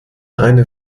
eine